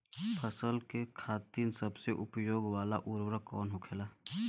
फसल के खातिन सबसे उपयोग वाला उर्वरक कवन होखेला?